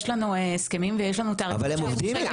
לנו הסכמים ותעריפים של הממשלה.